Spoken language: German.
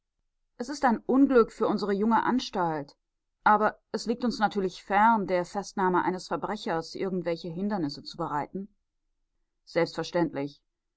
es ist ein unglück für unsere junge anstalt aber es liegt uns natürlich fern der festnahme eines verbrechers irgendwelche hindernisse zu bereiten selbstverständlich